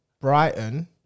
Brighton